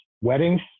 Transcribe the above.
weddings